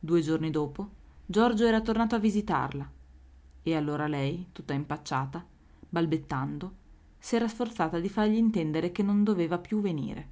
due giorni dopo giorgio era tornato a visitarla e allora lei tutta impacciata balbettando s'era sforzata di fargli intendere che non doveva più venire